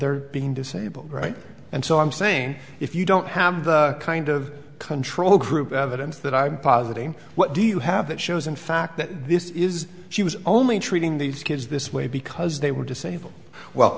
their being disabled right and so i'm saying if you don't have the kind of control group evidence that i'm positing what do you have that shows in fact that this is she was only treating these kids this way because they were